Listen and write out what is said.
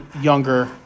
younger